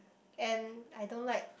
and I don't like